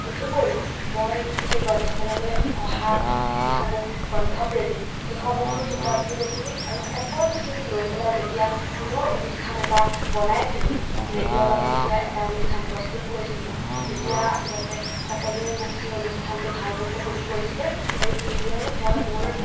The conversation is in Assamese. তদুপৰি মই সেই গ্ৰন্থমেলালৈ অহা যিসমূহ গ্ৰন্থপ্ৰেমী সেইসমূহৰো ইণ্টাৰভিউ লৈছিলোঁ আৰু সকলোখিনি লৈ পেলাই যেতিয়া পুনৰ অনুষ্ঠান এটা বনাইছিলোঁ ৰেডিঅ'ৰ বাবে যেতিয়া এটা অনুষ্ঠান প্ৰস্তুত কৰিছিলোঁ তেতিয়া আচলতে সকলোৱে মোক সেই অনুষ্ঠানটো ভাল হৈছে বুলি কৈছিলে আৰু এইদৰে মই মোৰ